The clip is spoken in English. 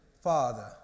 Father